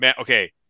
Okay